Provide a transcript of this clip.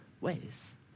ways